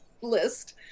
list